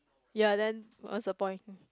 ya then what's the point